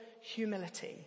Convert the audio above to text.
humility